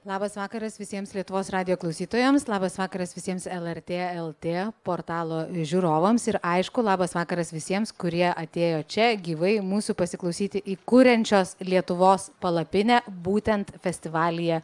labas vakaras visiems lietuvos radijo klausytojams labas vakaras visiems lrt lt portalo žiūrovams ir aišku labas vakaras visiems kurie atėjo čia gyvai mūsų pasiklausyti į kuriančios lietuvos palapinę būtent festivalyje